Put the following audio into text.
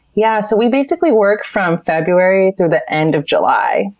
yeah so we basically work from february through the end of july.